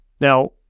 Now